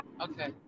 Okay